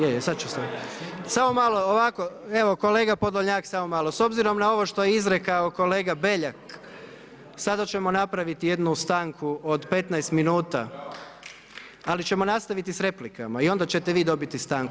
Je, je, sada ću, samo malo, ovako, evo kolega Podolnjak, samo malo, s obzirom na ovo što je izrekao kolega Beljak, sada ćemo napraviti jednu stanku od 15 minuta ali ćemo nastaviti s replikama i onda ćete vi dobiti stanku.